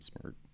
Smart